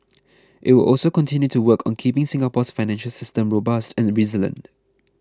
it will also continue to work on keeping Singapore's financial system robust and resilient